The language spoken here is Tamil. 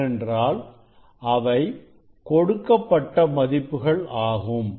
ஏனென்றால் அவை கொடுக்கப்பட்ட மதிப்புகள் ஆகும்